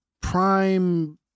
Prime